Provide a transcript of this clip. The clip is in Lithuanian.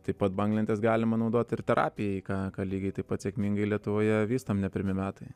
taip pat banglentes galima naudoti ir terapijai ką ką lygiai taip pat sėkmingai lietuvoje vystam ne pirmi metai